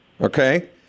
okay